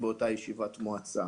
באותה ישיבת מועצה.